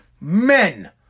Men